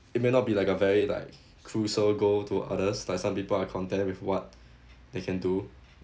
it may not be like a very like crucial goal to others like some people are content with what they can do